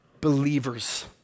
believers